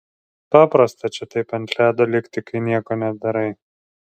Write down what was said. paprasta čia taip ant ledo likti kai nieko nedarai